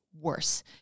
worse